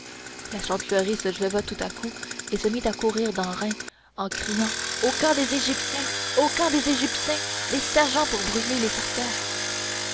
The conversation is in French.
la chantefleurie se leva tout à coup et se mit à courir dans reims en criant au camp des égyptiens au camp des égyptiens des sergents pour brûler les sorcières